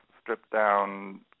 stripped-down